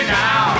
now